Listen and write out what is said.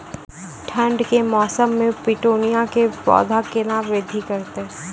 ठंड के मौसम मे पिटूनिया के पौधा केना बृद्धि करतै?